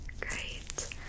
Great